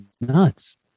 nuts